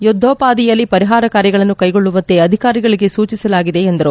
ಯುದ್ದೋಪಾದಿಯಲ್ಲಿ ಪರಿಹಾರ ಕಾರ್ಯಗಳನ್ನು ಕ್ಷೆಗೊಳ್ಳುವಂತೆ ಅಧಿಕಾರಿಗಳಿಗೆ ಸೂಚಿಸಲಾಗಿದೆ ಎಂದರು